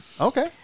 Okay